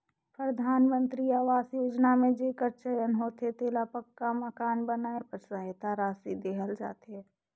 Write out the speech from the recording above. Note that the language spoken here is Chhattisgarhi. परधानमंतरी अवास योजना में जेकर चयन होथे तेला पक्का मकान बनाए बर सहेता रासि देहल जाथे